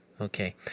Okay